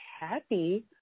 happy